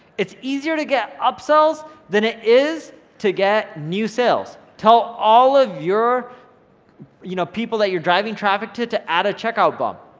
it's easier to get upsells than it is to get new sales. tell all of the you know people that you're driving traffic to to add a checkout bump.